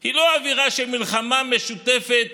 היא לא אווירה של מלחמה משותפת